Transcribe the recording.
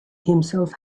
himself